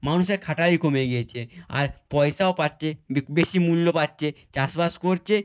মানুষের খাটাই কমে গিয়েছে আর পয়সাও পাচ্ছে বেশি মূল্য পাচ্ছে চাষ বাস করছে